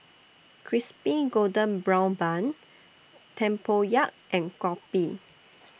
Crispy Golden Brown Bun Tempoyak and Kopi